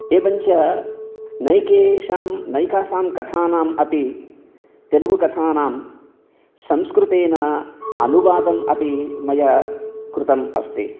एवं च नैकासां नैकासां कथानाम् अपि तेलुगु कथानां संस्कृतेन अनुवादम् अपि मया कृतम् अस्ति